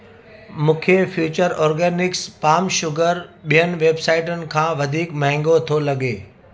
मूंखे future organics palm sugar ॿियुनि वेबसाइटुनि खां वधीक महांगो थो लॻे